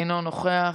אינו נוכח,